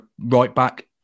right-back